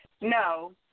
no